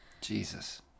Jesus